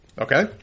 Okay